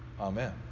Amen